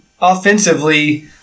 offensively